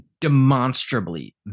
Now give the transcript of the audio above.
demonstrably